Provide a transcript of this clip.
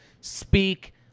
speak